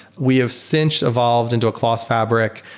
we have since evolved into a clos fabric.